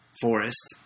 forest